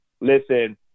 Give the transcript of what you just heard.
listen